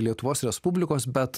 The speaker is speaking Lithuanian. lietuvos respublikos bet